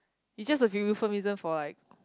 it's just a for like